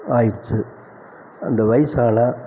ஆயிடிச்சு அந்த வயசு ஆனால்